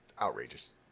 Outrageous